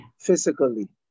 physically